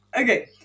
Okay